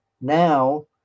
now